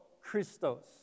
Christos